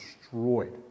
destroyed